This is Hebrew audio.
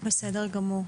בסדר גמור.